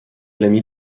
l’ami